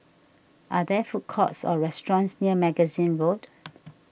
are there food courts or restaurants near Magazine Road